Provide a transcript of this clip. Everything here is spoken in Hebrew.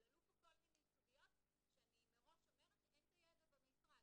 אבל עלו פה כל מיני סוגיות שאני מראש אומרת שאין את הידע במשרד.